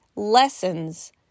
lessons